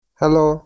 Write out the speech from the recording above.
hello